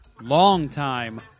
long-time